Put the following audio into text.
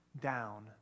down